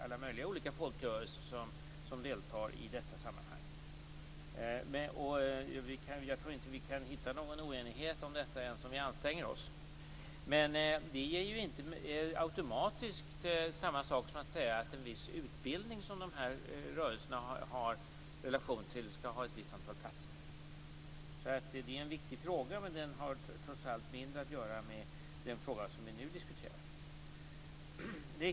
Alla möjliga olika folkrörelser deltar i detta sammanhang. Jag tror inte att vi kan hitta någon oenighet om detta ens om vi anstränger oss. Men det är inte automatiskt samma sak som att säga att en viss utbildning som de här rörelserna har relation till skall ha ett visst antal platser. Det är en viktig fråga, men den har trots allt mindre att göra med den fråga som vi nu diskuterar.